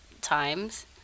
times